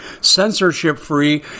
censorship-free